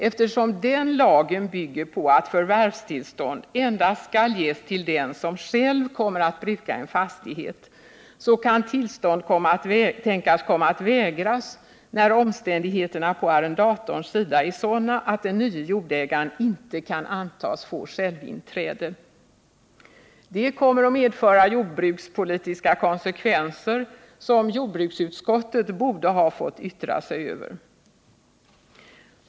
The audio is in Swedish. Eftersom den lagen bygger på att förvärvstillstånd endast skall ges till den som själv kommer att bruka en fastighet, kan tillstånd tänkas komma att vägras när omständigheterna på arrendatorns sida är sådana att den nye jordägaren inte kan antas få självinträde. Detta kommer att medföra jordbrukspolitiska konsekvenser som jordbruksutskottet borde ha fått yttra sig över.